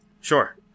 Sure